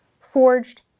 forged